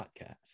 Podcast